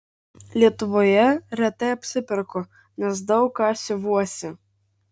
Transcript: lietuvoje retai apsiperku nes daug ką siuvuosi